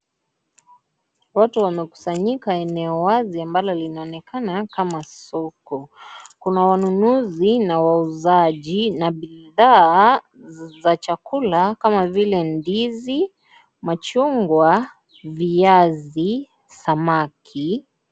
Watu wamekusanyika eneo wazi ambalo linaonekana kama soko, kuna wanunuzi na wauzaji na bidhaa za chakula kama vile ndizi, machungwa, viazi, samaki.